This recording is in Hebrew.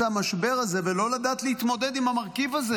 המשבר הזה ולא לדעת להתמודד עם המרכיב הזה,